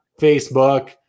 Facebook